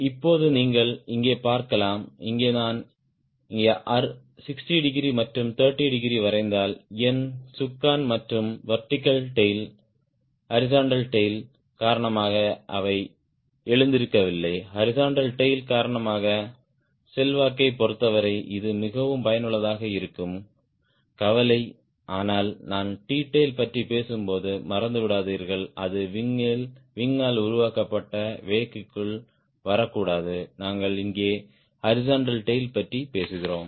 இப்போது நீங்கள் இங்கே பார்க்கலாம் இங்கே நான் இங்கே 60 டிகிரி மற்றும் 30 டிகிரி வரைந்தால் என் ரட்ட்ர் மற்றும் வெர்டிகல் டேய்ல் ஹாரிஸ்ன்ட்டல் டேய்ல் காரணமாக அவை எழுந்திருக்கவில்லை ஹாரிஸ்ன்ட்டல் டேய்ல் காரணமாக செல்வாக்கைப் பொறுத்தவரை இது மிகவும் பயனுள்ளதாக இருக்கும் கவலை ஆனால் நான் T Tail பற்றி பேசும்போது மறந்துவிடாதீர்கள் அது விங் ஆல் உருவாக்கப்பட்ட வெக் குள் வரக்கூடாது நாங்கள் இங்கே ஹாரிஸ்ன்ட்டல் டேய்ல் பற்றி பேசுகிறோம்